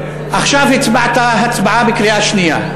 עכשיו הצבעת הצבעה בקריאה שנייה.